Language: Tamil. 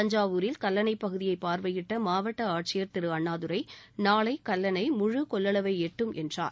தஞ்சாவூரில் கல்லணைபகுதியைபார்வையிட்டமாவட்டஆட்சியர் திருஅண்ணாதுரை நாளைகல்லணை முழு கொள்ளளவைஎட்டும் என்றார்